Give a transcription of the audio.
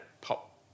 pop